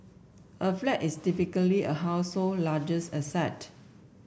a flat is typically a household largest asset